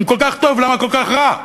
אם כל כך טוב, למה כל כך רע?